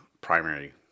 primary